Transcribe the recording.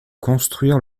construire